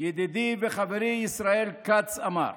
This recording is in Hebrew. ידידי וחברי ישראל כץ אמר,